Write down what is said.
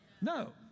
No